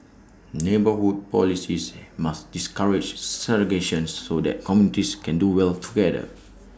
neighbourhood policies must discourage segregation so that communities can do well together